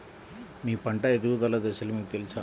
మీ పంట ఎదుగుదల దశలు మీకు తెలుసా?